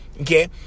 Okay